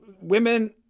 Women